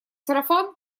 сарафан